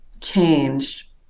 changed